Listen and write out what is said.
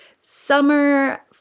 summer